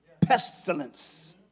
pestilence